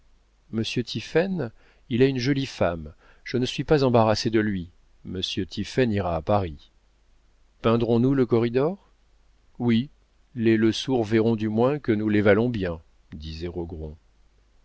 monsieur tiphaine il a une jolie femme je ne suis pas embarrassé de lui monsieur tiphaine ira à paris peindrons nous le corridor oui les lesourd verront du moins que nous les valons bien